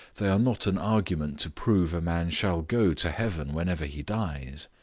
they are not an argument to prove a man shall go to heaven whenever he dies.